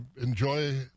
enjoy